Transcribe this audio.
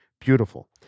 beautiful